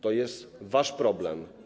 To jest wasz problem.